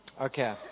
Okay